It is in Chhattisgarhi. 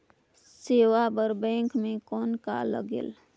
सेवा बर बैंक मे कौन का लगेल?